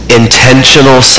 intentional